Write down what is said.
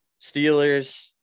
Steelers